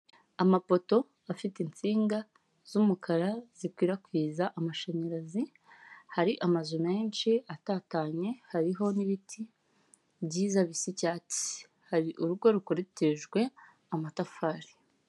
Amapoto afite insinga z'umukara zikwirakwiza amashanyarazi hari amazu menshi atatanye hariho n'ibiti byiza bisa icyatsi, hari urugo rukorotirijwe amatafari.